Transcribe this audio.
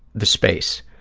the space,